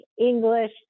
English